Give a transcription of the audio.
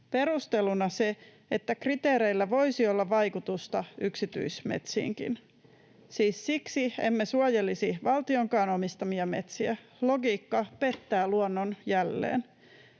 perusteluna se, että kriteereillä voisi olla vaikutusta yksityismetsiinkin — siis siksi emme suojelisi valtionkaan omistamia metsiä. Logiikka pettää luonnon jälleen.